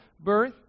birth